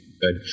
good